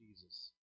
Jesus